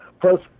Plus